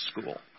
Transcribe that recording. school